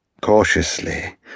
Cautiously